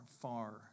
far